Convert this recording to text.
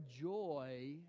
joy